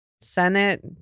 Senate